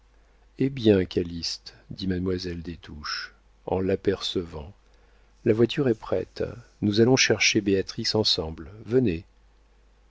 eh bien calyste dit mademoiselle des touches en l'apercevant la voiture est prête nous allons chercher béatrix ensemble venez